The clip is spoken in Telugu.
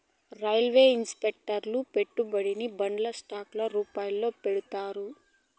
రిటైల్ ఇన్వెస్టర్లు పెట్టుబడిని బాండ్లు స్టాక్ ల రూపాల్లో పెడతారు